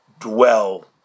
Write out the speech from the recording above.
dwell